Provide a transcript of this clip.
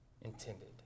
intended